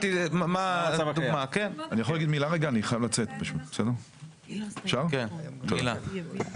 אני חייב לצאת ורוצה להגיד מילה.